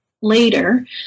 later